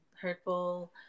hurtful